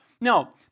Now